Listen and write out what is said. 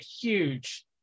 huge